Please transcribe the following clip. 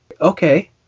okay